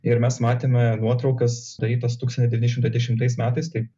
ir mes matėme nuotraukas darytas tūkstantis devyni šimtai dešimtais metais tai